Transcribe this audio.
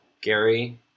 Gary